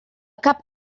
cap